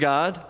God